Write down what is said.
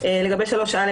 לגבי (3א),